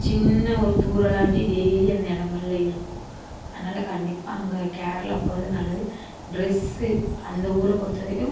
சின்ன ஒரு தூரலாட்டி டெய்லி அந்த இடங்கள்ல இருக்கும் அதனால் கண்டிப்பாக அங்கே கேரளா போகிறது நல்லது ட்ரெஸ்ஸு அந்த ஊரை பொறுத்தவரைக்கும்